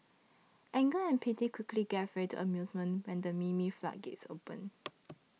anger and pity quickly gave way to amusement when the meme floodgates opened